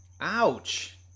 Ouch